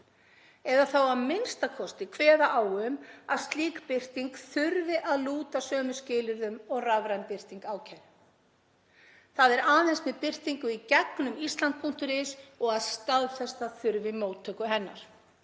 eða þá a.m.k. kveða á um að slík birting þurfi að lúta sömu skilyrðum og rafræn birting ákæru, þ.e. aðeins með birtingu í gegnum island.is og að staðfesta þurfi móttöku hennar?